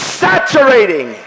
saturating